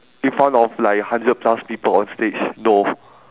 in front of like hundred plus people on stage no